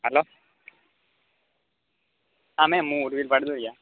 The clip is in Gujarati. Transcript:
હલો હા મેમ હું ઊર્મિલ ભારદોરીયા